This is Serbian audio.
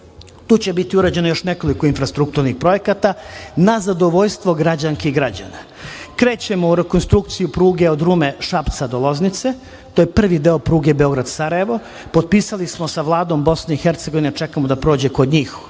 tu će biti urađeno još nekoliko infrastrukturnih projekata, na zadovoljstvo građanki i građana. Krećemo u rekonstrukciju pruge od Rume, Šapca do Loznice, to je prvi deo pruge Beograd - Sarajevo. Potpisali smo sa Vladom Bosne i Hercegovine, čekamo da prođe kod njih